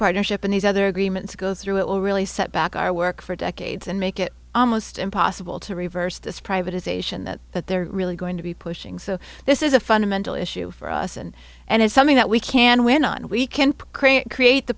partnership and these other agreements go through it will really set back our work for decades and make it almost impossible to reverse this privatization that that they're really going to be pushing so this is a fundamental issue for us and and it's something that we can win and we can't create